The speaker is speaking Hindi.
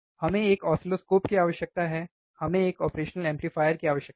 हमें एक ऑसिलोस्कोप की आवश्यकता है और हमें एक ऑपरेशनल एम्पलीफायर की आवश्यकता है